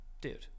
Dude